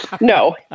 No